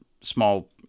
small